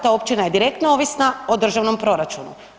Ta općina je direktno ovisna o državnom proračunu.